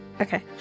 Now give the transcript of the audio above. Okay